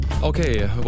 Okay